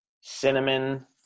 cinnamon